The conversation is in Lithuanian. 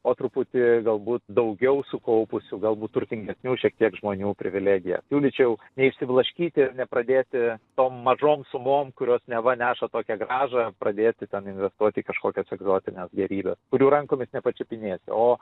o truputį galbūt daugiau sukaupusių galbūt turtingesnių šiek tiek žmonių privilegija siūlyčiau neišsiblaškyt ir nepradėti tom mažom sumom kurios neva neša tokią grąžą pradėti ten investuot į kažkokias egzotinės gėrybės kurių rankomis nepačiupinėsi o